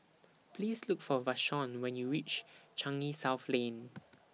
Please Look For Vashon when YOU REACH Changi South Lane